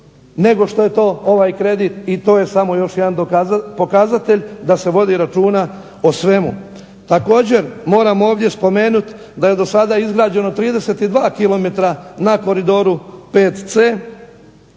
nego što je ovaj kredit i to je još samo jedan pokazatelj da se vodi računa o svemu. Također moramo ovdje spomenuti da je do sada izgrađeno 32 km na Koridoru VC